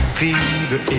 fever